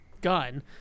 gun